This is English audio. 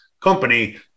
company